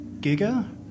Giga